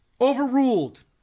Overruled